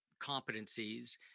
competencies